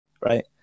right